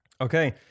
okay